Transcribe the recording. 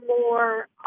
more